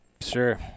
Sure